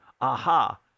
aha